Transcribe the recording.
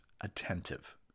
attentive